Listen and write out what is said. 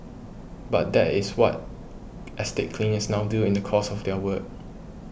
but that is what estate cleaners now do in the course of their work